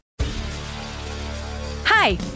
Hi